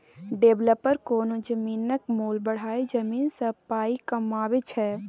developer कोनो जमीनक मोल बढ़ाए जमीन सँ पाइ कमाबै छै